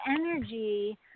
energy